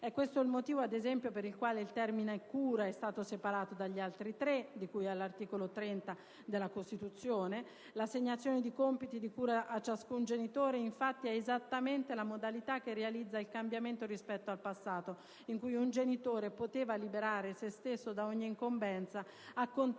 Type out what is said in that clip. È questo il motivo, ad esempio, per il quale il termine "cura" è stato separato dagli altri tre di cui all'articolo 30 della Costituzione. L'assegnazione di compiti di cura a ciascun genitore, infatti, è esattamente la modalità che realizza il cambiamento rispetto al passato, in cui un genitore poteva liberare se stesso da ogni incombenza accontentandosi